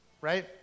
Right